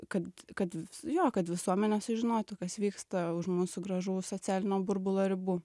kad kad jo kad visuomenė sužinotų kas vyksta už mūsų gražaus socialinio burbulo ribų